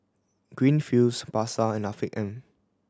Greenfields Pasar and Afiq M